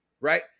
right